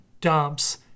dumps